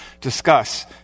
discuss